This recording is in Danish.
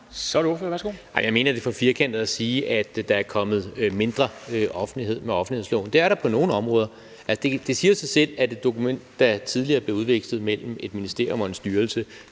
Nej, jeg mener, det er for firkantet at sige, at der er kommet mindre offentlighed med offentlighedsloven. Det er der på nogle områder. Det siger jo sig selv, når man ikke længere kan få aktindsigt i et dokument, der bliver udvekslet mellem et ministerium og en styrelse,